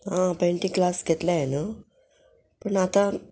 आं painting class घेतला न्हू पूण आतां